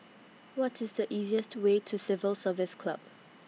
What IS The easiest Way to Civil Service Club